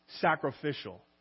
sacrificial